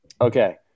Okay